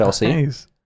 Nice